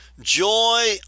joy